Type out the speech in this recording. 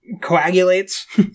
coagulates